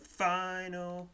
final